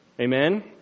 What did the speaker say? Amen